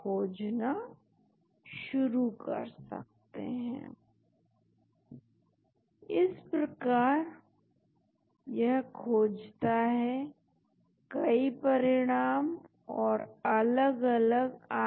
आपको ऐसे मॉलिक्यूल मिल सकते हैं जिनके पास बेहतर physico chemical विशेषताएं हों मूल या ओरिजिनल मॉलिक्यूल के मुकाबले